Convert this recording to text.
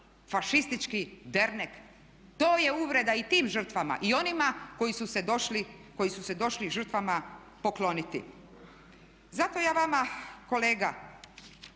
fašistički dernek. To je uvreda i tim žrtvama i onima koji su se došli žrtvama pokloniti. Zato ja vama kolega